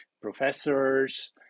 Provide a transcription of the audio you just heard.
professors